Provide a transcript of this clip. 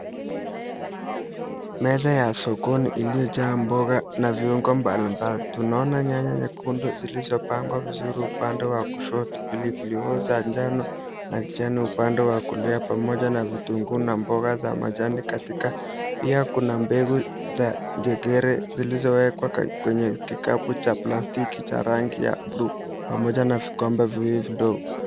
Meza ya sokoni iliyo jaa mboga na viungo mbalimbali. Nyanya nyekundu zilizopangwa vizuri upande wa kushoto, pilipili hoho za njano na kijani upande wa kulia, pamoja na vitunguu na mboga za majani katikati. Pia kuna mbegu za njegere zilizowekwa kwenye kikapu cha plastiki cha rangi ya bluu, pamoja na vikombe viwili vidogo.